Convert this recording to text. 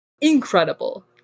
Incredible